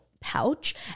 pouch